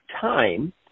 time